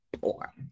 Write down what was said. poor